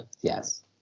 Yes